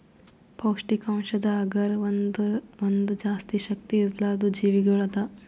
ಪೌಷ್ಠಿಕಾಂಶದ್ ಅಗರ್ ಅಂದುರ್ ಒಂದ್ ಜಾಸ್ತಿ ಶಕ್ತಿ ಇರ್ಲಾರ್ದು ಜೀವಿಗೊಳ್ ಅದಾ